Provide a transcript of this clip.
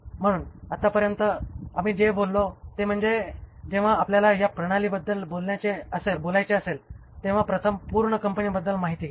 म्हणून आतापर्यंत आम्ही जे बोललो ते म्हणजे जेव्हा आपल्याला या प्रणालीबद्दल बोलायचे असेल तेव्हा प्रथम पूर्ण कंपनीबद्दल माहिती घ्या